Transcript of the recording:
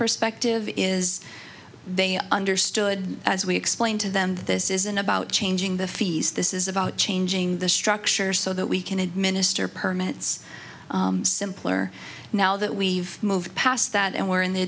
perspective is they understood as we explained to them that this isn't about changing the fees this is about changing the structure so that we can administer permits simpler now that we've moved past that and we're in the